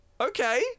okay